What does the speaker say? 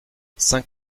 cinq